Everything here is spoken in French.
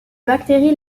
bactéries